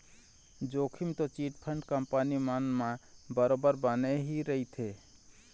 जोखिम तो chit fund company मन म बरोबर बने ही रहिथे